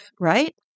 right